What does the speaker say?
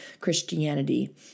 Christianity